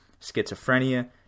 schizophrenia